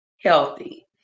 healthy